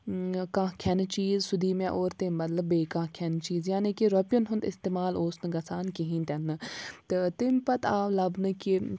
کانٛہہ کھٮ۪نہٕ چیٖز سُہ دی مےٚ اور تٔمۍ بدلہٕ بیٚیہِ کانٛہہ کھٮ۪نہٕ چیٖز یعنی کہِ رۄپیَن ہُنٛد اِستعمال اوس نہٕ گژھان کِہیٖنۍ تہِ نہٕ تہٕ تَمہِ پَتہٕ آو لَبنہٕ کہِ